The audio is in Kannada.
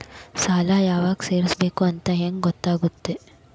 ಸಾಲ ಯಾವಾಗ ತೇರಿಸಬೇಕು ಅಂತ ಹೆಂಗ್ ಗೊತ್ತಾಗುತ್ತಾ?